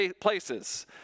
places